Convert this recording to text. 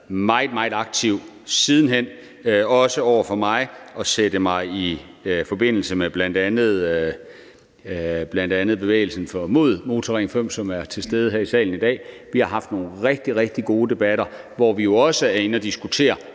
meget aktiv siden hen, også over for mig, og sat mig i forbindelse med bl.a. bevægelsen mod Motorring 5, som er til stede her i salen. Vi har haft nogle rigtig, rigtig gode debatter, hvor vi jo også er inde at diskutere